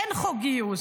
אין חוק גיוס.